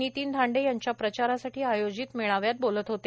नितीन धांडे यांच्या प्रचारासाठी आयोजित मेळाव्यात बोलत होते